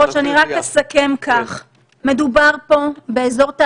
תגיד מסיבות שעתיות.